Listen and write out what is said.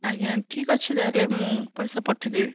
ଆଜ୍ଞା ଠିକ ଅଛି ତାହେଲେ ମୁଁ ପଇସା ପଠେଇ ଦେବି